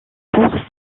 pour